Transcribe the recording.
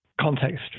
context